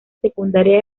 secundaria